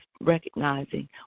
recognizing